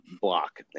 block